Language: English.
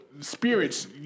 spirits